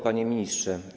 Panie Ministrze!